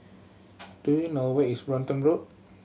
do you know where is Brompton Road